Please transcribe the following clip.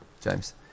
james